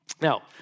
Now